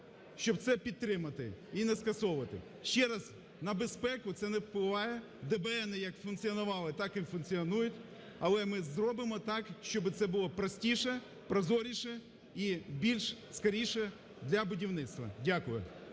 щоб це підтримати і не скасовувати. Ще раз, на безпеку це не впливає, ДБНи як функціонували, так і функціонують, але ми зробимо так, щоб це було простіше, прозоріше і більш скоріше для будівництва. Дякую.